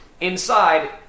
Inside